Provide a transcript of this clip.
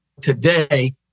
today